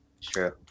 True